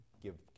give